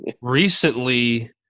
Recently